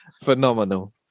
phenomenal